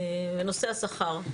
ונושא השכר.